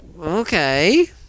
okay